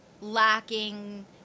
lacking